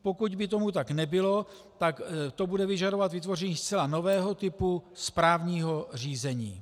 Pokud by tomu tak nebylo, tak to bude vyžadovat vytvoření zcela nového typu správního řízení.